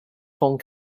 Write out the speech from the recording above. phone